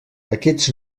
aquests